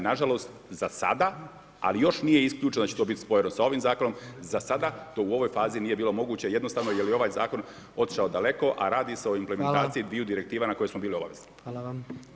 Nažalost, za sada, ali još nije isključeno da će to biti spojeno sa ovim Zakonom, za sada to u ovoj fazi nije bilo moguće jednostavno jer je ovaj Zakon otišao daleko, a radi se o implementaciji dviju direktiva na koje smo bili obavezni.